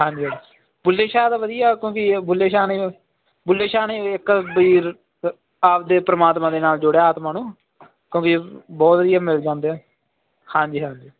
ਹਾਂਜੀ ਬੁੱਲੇ ਸ਼ਾਹ ਦਾ ਵਧੀਆ ਕਿਉਂਕਿ ਬੁੱਲੇ ਸ਼ਾਹ ਨੇ ਬੁੱਲੇ ਸ਼ਾਹ ਨੇ ਇੱਕ ਬਈ ਆਪਦੇ ਪਰਮਾਤਮਾ ਦੇ ਨਾਲ ਜੋੜਿਆ ਆਤਮਾ ਨੂੰ ਕਿਉਂਕਿ ਬਹੁਤ ਵਧੀਆ ਮਿਲ ਜਾਂਦੇ ਆ ਹਾਂਜੀ ਹਾਂ